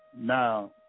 now